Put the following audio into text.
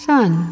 Sun